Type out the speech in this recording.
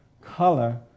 color